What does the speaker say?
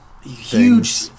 Huge